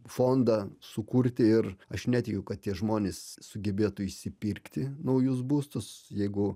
fondą sukurti ir aš netikiu kad tie žmonės sugebėtų išsipirkti naujus būstus jeigu